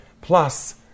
plus